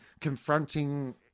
confronting